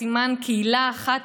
בסימן קהילה אחת,